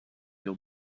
your